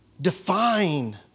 define